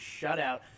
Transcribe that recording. shutout